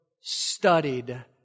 studied